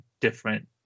different